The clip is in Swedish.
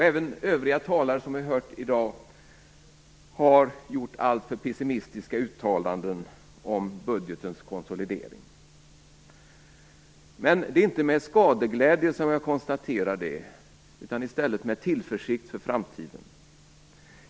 Även övriga talare som vi hört i dag har gjort alltför pessimistiska uttalanden om budgetens konsolidering. Men det är inte med skadeglädje som jag konstaterar detta, utan i stället med tillförsikt för framtiden.